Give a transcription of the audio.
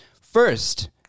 First